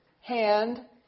hand